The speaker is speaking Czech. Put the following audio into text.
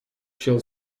šel